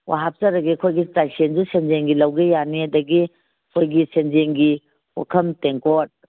ꯑꯣ ꯍꯥꯞꯆꯔꯒꯦ ꯑꯩꯈꯣꯏꯒꯤ ꯆꯥꯏꯁꯦꯟꯁꯨ ꯁꯦꯟꯖꯦꯡꯒꯤ ꯂꯧꯒꯦ ꯌꯥꯅꯤ ꯑꯗꯒꯤ ꯑꯩꯈꯣꯏꯒꯤ ꯁꯦꯟꯖꯦꯡꯒꯤ ꯄꯨꯈꯝ ꯇꯦꯡꯀꯣꯠ